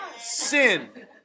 Sin